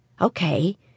Okay